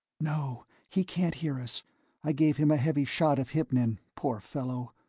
no, he can't hear us i gave him a heavy shot of hypnin, poor fellow.